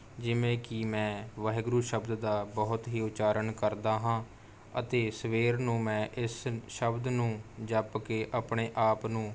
ਜਿਵੇਂ ਕਿ ਮੈਂ ਵਾਹਿਗੁਰੂ ਸ਼ਬਦ ਦਾ ਬਹੁਤ ਹੀ ਉਚਾਰਣ ਕਰਦਾ ਹਾਂ ਅਤੇ ਸਵੇਰ ਨੂੰ ਮੈਂ ਇਸ ਸ਼ਬਦ ਨੂੰ ਜਪ ਕੇ ਆਪਣੇ ਆਪ ਨੂੰ